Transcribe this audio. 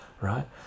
right